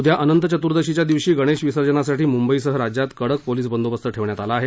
उद्या अनंत चतुर्दशीच्या दिवशी गणेश विसर्जनासाठी मुंबईसह राज्यात कडक पोलीस बदोबंस्त ठेवण्यात आला आहे